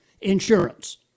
insurance